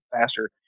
faster